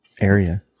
area